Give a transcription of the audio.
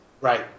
Right